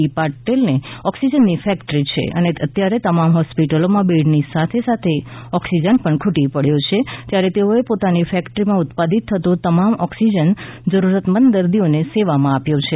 D પટેલને ઓક્સીજનની factory છે અને અત્યારે તમામ હોસ્પિટલોમાં બેડની સાથે સાથે ઓક્સીજન પણ ખૂટી પડ્યો છે ત્યારે તેઓએ પોતાની ફેકટરીમાં ઉત્પાદિત થતો તમામ ઓક્સિજન જરૂરિયાતમંદ દર્દીની સેવામાં આપ્યો છે